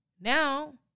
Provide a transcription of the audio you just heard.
now